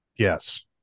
Yes